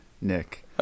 Nick